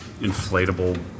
inflatable